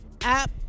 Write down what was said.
app